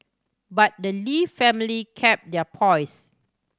but the Lee family kept their poise